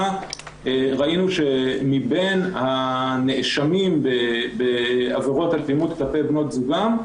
ראינו שמבין הנאשמים בעבירות על אלימות כלפי בנות זוגם,